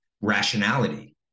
rationality